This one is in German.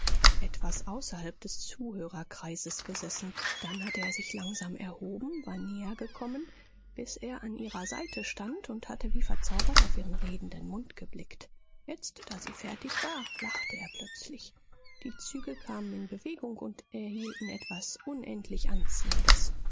etwas außerhalb des zuhörerkreises gesessen dann hatte er sich langsam erhoben war näher gekommen bis er an ihrer seite stand und hatte wie verzaubert auf ihren redenden mund geblickt jetzt da sie fertig war lachte er plötzlich die züge kamen in bewegung und erhielten etwas unendlich anziehendes